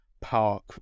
park